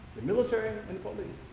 the military and police.